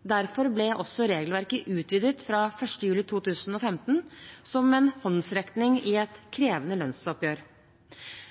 Derfor ble også regelverket utvidet fra 1. juli 2015 som en håndsrekning i et krevende lønnsoppgjør.